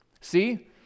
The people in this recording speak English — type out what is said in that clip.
see